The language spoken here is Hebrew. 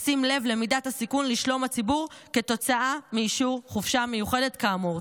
בשים לב למידת הסיכון לשלום הציבור כתוצאה מאישור חופשה מיוחדת כאמור.